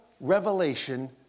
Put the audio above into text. revelation